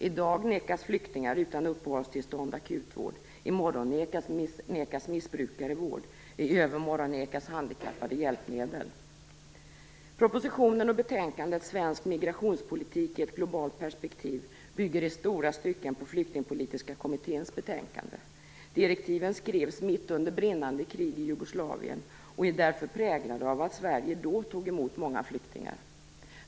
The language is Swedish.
I dag vägras flyktingar utan uppehållstillstånd akutvård, i morgon vägras missbrukare vård, i övermorgon vägras handikappade hjälpmedel. Propositionen och betänkandet Svensk migrationspolitik i ett globalt perspektiv bygger i långa stycken på Flyktingpolitiska kommitténs betänkande. Direktiven skrevs mitt under brinnande krig i Jugoslavien och är därför präglade av att Sverige då tog emot många flyktingar.